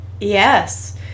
Yes